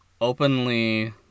openly